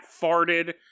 farted